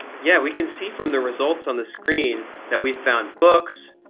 yeah we can see from the results on the screen that we've found books,